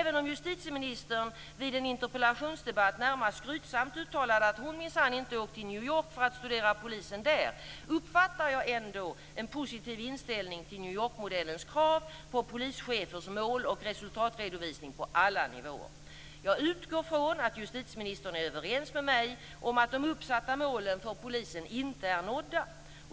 Även om justitieministern i en interpellationsdebatt närmast skrytsamt uttalade att hon minsann inte åkt till New York för att studera polisen där, uppfattar jag ändå en positiv inställning till New Yorkmodellens krav på polischefers mål och resultatredovisning på alla nivåer. Jag utgår från att justitieministern är överens med mig om att de uppsatta målen för polisen inte är nådda.